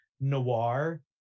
noir